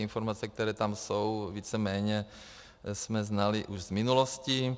Informace, které tam jsou, víceméně jsme znali už z minulosti.